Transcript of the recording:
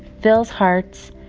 fills hearts,